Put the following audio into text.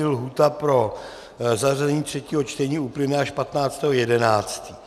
Lhůta pro zařazení třetího čtení uplyne až 15. 11.